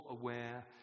aware